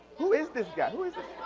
who is this guy? who is